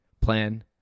plan